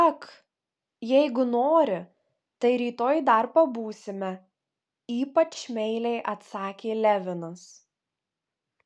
ak jeigu nori tai rytoj dar pabūsime ypač meiliai atsakė levinas